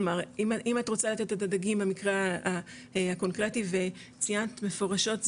כלומר אם את רוצה 'לתת את הדגים' במקרה הקונקרטי וציינת מפורשות,